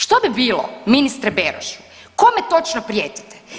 Što bi bilo, ministre Beroš, kome točno prijetite?